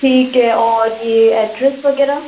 ठीक है और एड्रेस वगैरह